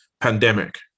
pandemic